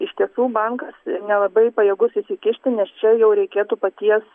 iš tiesų bankas nelabai pajėgus įsikišti nes čia jau reikėtų paties